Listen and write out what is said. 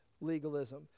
legalism